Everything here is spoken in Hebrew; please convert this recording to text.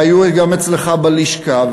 שהיו גם אצלך בלשכה,